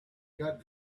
got